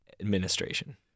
administration